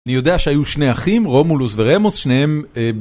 אני יודע שהיו שני אחים, רומולוס ורמוס, שניהם...